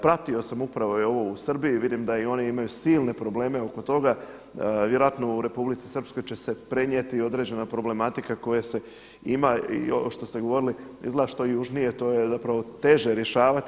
Pratio sam upravo evo u Srbiji vidim da i oni imaju silne probleme oko toga, vjerojatno u Republici Srpskoj će se prenijeti određena problematika koja se ima i ovo što ste govorili, izgleda što je južnije da je teže rješavati.